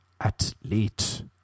athlete